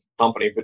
company